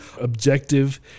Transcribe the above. objective